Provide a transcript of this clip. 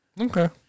Okay